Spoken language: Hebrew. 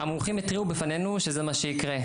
המומחים התריעו בפנינו שזה מה שיקרה,